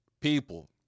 People